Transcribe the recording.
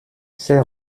ces